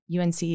UNC